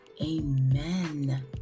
Amen